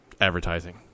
advertising